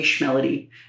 Melody